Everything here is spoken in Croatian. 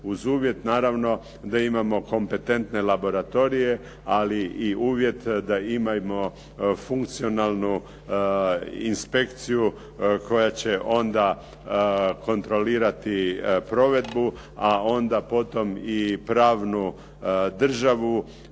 uz uvjet naravno da imamo kompetentne laboratorije, ali i uvjet da imamo funkcionalnu inspekciju koja će onda kontrolirati provedbu. A onda potom i pravnu državu